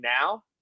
now